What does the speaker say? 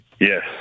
Yes